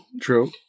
true